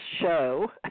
show